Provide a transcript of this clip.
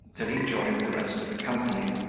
till he joined the rest of the company,